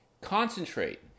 Concentrate